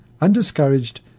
undiscouraged